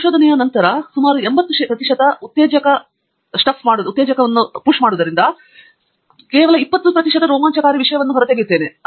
ಆದರೆ ಸಂಶೋಧನೆಯ ನಂತರ ನಾನು ಸುಮಾರು 80 ಪ್ರತಿಶತದಷ್ಟು ಉತ್ತೇಜಕ ಸ್ಟಫ್ ಮಾಡುವುದರಿಂದ ನಾನು ಕೇವಲ 20 ಪ್ರತಿಶತದಷ್ಟು ರೋಮಾಂಚಕಾರಿ ವಿಷಯವನ್ನು ಮಾಡುತ್ತಿದ್ದೇನೆ